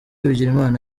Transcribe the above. bigirimana